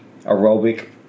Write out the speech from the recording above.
aerobic